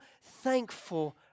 thankful